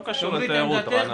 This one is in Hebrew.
זה לא קשור לתיירות, רננה.